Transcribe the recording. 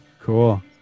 Cool